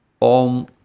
on